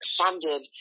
funded